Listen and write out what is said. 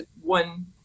one